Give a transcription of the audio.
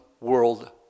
world